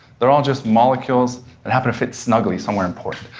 they're all just molecules that happen to fit snugly somewhere important.